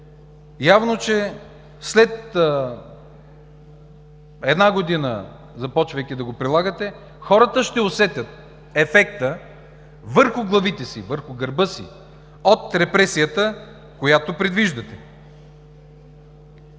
явно, че след една година, започвайки да го прилагате, хората ще усетят ефекта върху главите си, върху гърба си от репресията, която предвиждате.